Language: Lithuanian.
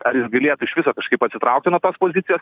ar galėtų iš viso kažkaip atsitraukti nuo tos pozicijos